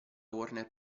warner